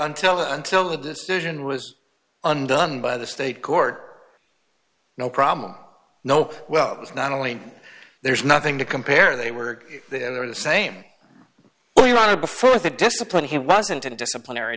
until the until the decision was undone by the state court no problem nope well it's not only there's nothing to compare they were there the same amount of before the discipline he wasn't in disciplinary